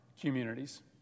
communities